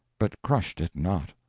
but crushed it not.